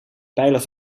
pijler